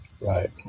Right